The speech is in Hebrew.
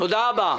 תודה רבה.